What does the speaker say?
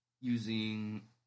using